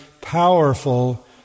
powerful